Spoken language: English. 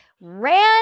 ran